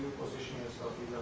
position yourself